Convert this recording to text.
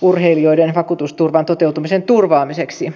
urheilijoiden vakuutusturvan toteutumisen turvaamiseksi